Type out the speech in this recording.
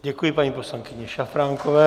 Děkuji paní poslankyni Šafránkové.